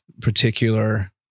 particular